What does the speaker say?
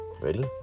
Ready